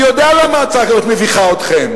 אני יודע למה הצעה כזאת מביכה אתכם,